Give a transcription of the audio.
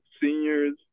seniors